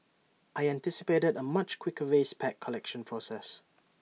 I anticipated A much quicker race pack collection process